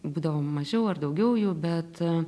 būdavo mažiau ar daugiau jų bet